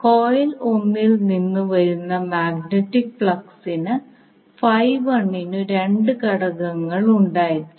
coil 1 ൽ നിന്ന് വരുന്ന മാഗ്നറ്റിക് ഫ്ലക്സിന് നു 2 ഘടകങ്ങൾ ഉണ്ടായിരിക്കും